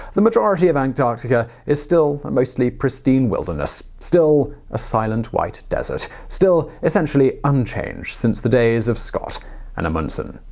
the majority of antarctica is still a mostly pristine wilderness. still a silent white desert. still essentially unchanged since the days of scott and amundsen.